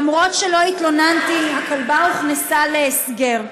אומנם לא התלוננתי, אבל הכלבה הוכנסה להסגר.